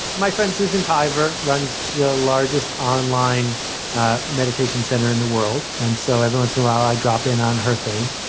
my friend susan piver runs the largest online meditation center in the world and so every once in a while i drop in on her thing.